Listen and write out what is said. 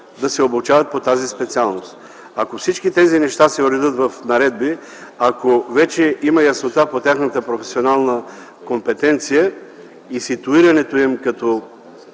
да се обучават по тази специалност. Ако всички тези неща се уредят в наредби, ако вече има яснота по тяхната професионална компетенция и ситуирането им като